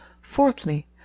Fourthly